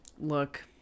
Look